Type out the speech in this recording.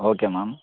okay ma'am